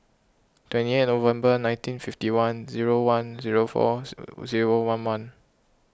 twenty eight November nineteen fifty one zero one zero four zero one month